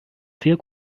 sehr